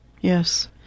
yes